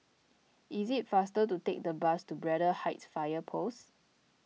it is faster to take the bus to Braddell Heights Fire Post